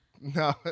no